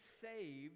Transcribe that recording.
saved